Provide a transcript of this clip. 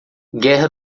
guerra